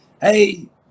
hey